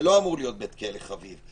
זה לא אמור להיות בית כלא חביב.